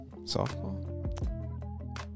Softball